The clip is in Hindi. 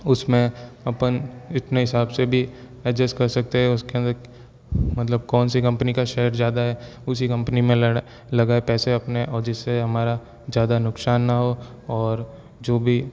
उसमें अपन इतने हिसाब से भी एडजस्ट कर सकते हैं उसके अंदर मतलब कौनसी कंपनी का शेयर ज़्यादा है उसी कंपनी में लगाएँ पैसे अपने और जिससे हमारा ज़्यादा नुकसान ना हो और जो भी